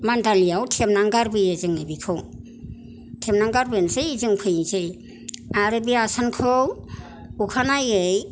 मान्दालियाव थेबना गारबोयो जोङो बेखौ थेबना गारबोनोसै जों फैनोसै आरो बे आसानखौ अखानायै